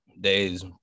days